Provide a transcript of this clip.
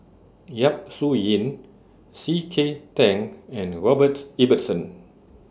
Yap Su Yin C K Tang and Robert Ibbetson